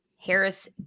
Harris